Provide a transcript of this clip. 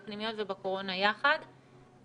בפנימיות ובקורונה יחד,